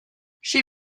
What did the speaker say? she